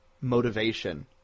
motivation